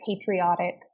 patriotic